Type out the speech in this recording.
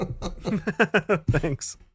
thanks